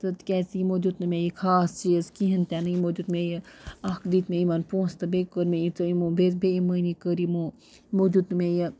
تہٕ تِکیٛازِ یِمو دِیُت نہٕ مےٚ یہِ خاص یہِ چیٖز کِہیٖنۍ تہِ نہٕ یِمو دیُت مےٚ یہِ اَکھ دِتۍ مےٚ یِمن پونٛسہٕ تہٕ بییہِ کٔر مےٚ یہِژ یِمو بے بے مٲنی کٔر یِمو یِمو دیُت نہٕ مےٚ یہِ